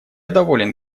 доволен